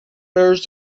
bears